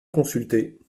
consultés